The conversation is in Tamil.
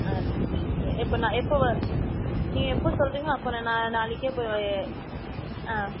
ஆ எப்போ நான் எப்போது வ நீங்கள் எப்போது சொல்கிறிங்களோ அப்போனா நான் நாளைக்கே போய் ஆ